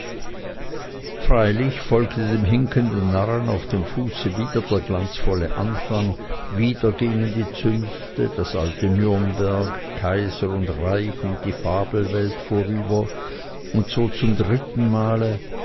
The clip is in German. freilich folgte dem hinkenden narren auf dem fuße wieder der glanzvolle anfang wieder gingen die zünfte das alte nürnberg kaiser und reich und die fabelwelt vorüber und so zum dritten male